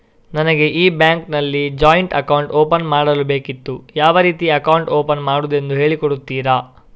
ನನಗೆ ಈ ಬ್ಯಾಂಕ್ ಅಲ್ಲಿ ಜಾಯಿಂಟ್ ಅಕೌಂಟ್ ಓಪನ್ ಮಾಡಲು ಬೇಕಿತ್ತು, ಯಾವ ರೀತಿ ಅಕೌಂಟ್ ಓಪನ್ ಮಾಡುದೆಂದು ಹೇಳಿ ಕೊಡುತ್ತೀರಾ?